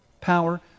Power